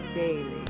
daily